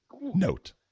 note